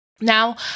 Now